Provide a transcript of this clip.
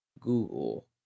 Google